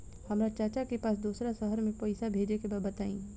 हमरा चाचा के पास दोसरा शहर में पईसा भेजे के बा बताई?